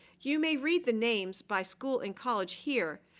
you may read the names by school and college here,